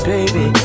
Baby